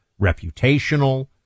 reputational